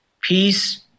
peace